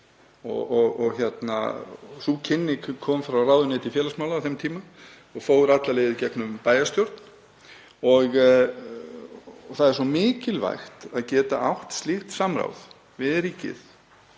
möguleika. Sú kynning kom frá ráðuneyti félagsmála á þeim tíma og fór alla leið í gegnum bæjarstjórn. Það er svo mikilvægt að geta átt slíkt samráð við ríkið